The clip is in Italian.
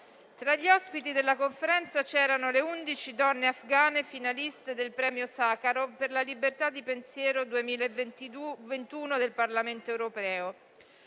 Tra gli ospiti della conferenza c'erano le 11 donne afghane finaliste del premio Sacharov per la libertà di pensiero 2021 del Parlamento europeo,